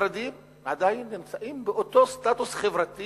החרדים עדיין נמצאים באותו סטטוס חברתי